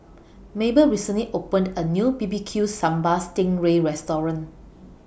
Mabel recently opened A New B B Q Sambal Sting Ray Restaurant